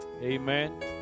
Amen